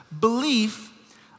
Belief